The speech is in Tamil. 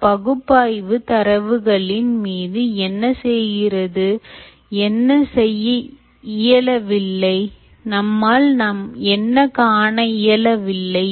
இந்தப் பகுப்பாய்வு தரவுகளின் மீது என்ன செய்கிறது என்ன செய்ய இயலவில்லை நம்மால் என்ன காண இயலவில்லை